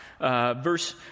verse